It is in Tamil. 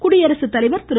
குடியரசுத்தலைவர் திரு